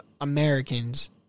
Americans